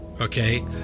Okay